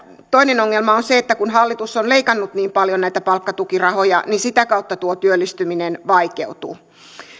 toinen ongelma on se että kun hallitus on leikannut niin paljon näitä palkkatukirahoja niin sitä kautta tuo työllistyminen vaikeutuu